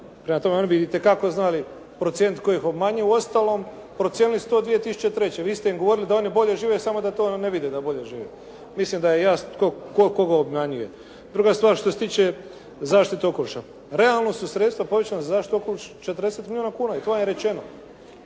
Prema tome, oni bi itekako znali procijeniti tko ih obmanjuje. Uostalom, procijenili su to 2003. Vi ste im govorili da oni bolje žive samo da to ne vide da bolje žive. Mislim da je jasno tko koga obmanjuje. Druga stvar što se tiče zaštite okoliša. Realno su sredstva povećana za zaštitu okoliša 40 milijuna kuna i to je rečeno.